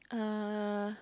uh